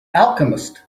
alchemist